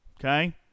Okay